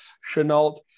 chenault